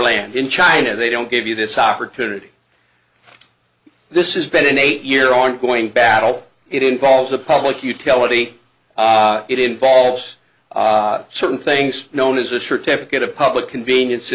land in china they don't give you this opportunity this is been an eight year ongoing battle it involves a public utility it involves certain things known as a certificate of public convenience a